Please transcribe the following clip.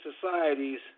societies